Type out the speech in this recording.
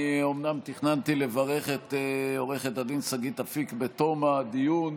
אני אומנם תכננתי לברך את עו"ד שגית אפיק בתום הדיון,